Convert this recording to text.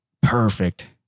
perfect